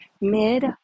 Mid